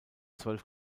zwölf